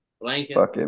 Blanket